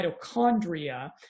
mitochondria